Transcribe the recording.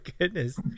goodness